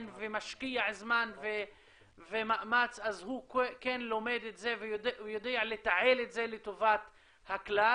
ומשקיע זמן ומאמץ אז הוא כן לומד את זה ויודע לתעל את זה לטובת הכלל,